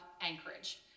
Anchorage